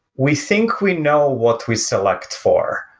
we think we know what we select for,